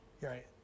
Right